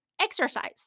exercise